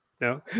no